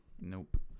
Nope